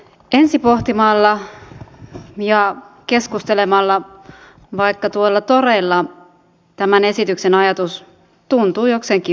ensipohtimalla ja keskustelemalla vaikka tuolla toreilla tämän esityksen ajatus tuntuu jokseenkin ymmärrettävältä